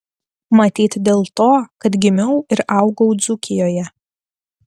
matyt dėl to kad gimiau ir augau dzūkijoje